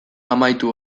amaitu